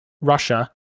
Russia